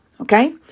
Okay